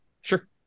sure